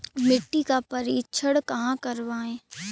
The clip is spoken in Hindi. मिट्टी का परीक्षण कहाँ करवाएँ?